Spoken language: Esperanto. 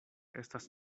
estas